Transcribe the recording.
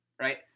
right